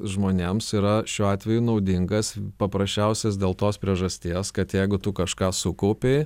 žmonėms yra šiuo atveju naudingas paprasčiausias dėl tos priežasties kad jeigu tu kažką sukaupei